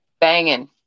banging